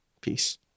Peace